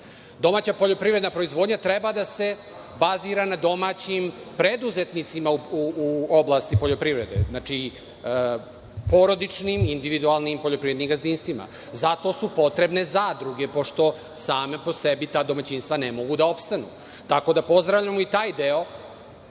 poljoprivredna proizvodnja treba da se bazira na domaćim preduzetnicima u oblasti poljoprivrede. Znači, porodičnim, individualnim poljoprivrednim gazdinstvima. Zato su potrebne zadruge pošto same po sebi ta domaćinstva ne mogu da opstanu, tako da pozdravljamo i taj deo